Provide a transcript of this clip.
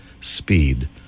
speed